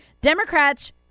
Democrats